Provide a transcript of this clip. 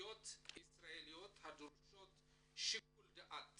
בסוגיות ישראליות הדורשות שיקול דעת